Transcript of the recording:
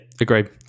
agreed